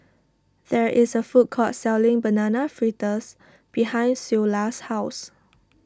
there is a food court selling Banana Fritters behind Ceola's house